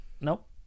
Nope